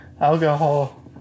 Alcohol